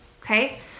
Okay